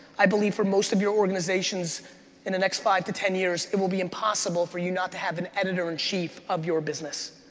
i believe for most of your organizations in the next five to ten years, it will be impossible for you not to have an editor-in-chief of your business.